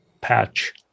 patch